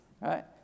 right